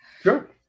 sure